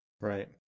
right